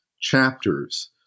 chapters